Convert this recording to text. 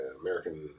American